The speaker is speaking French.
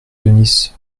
denys